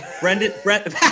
Brendan